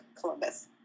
Columbus